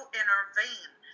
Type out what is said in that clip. intervene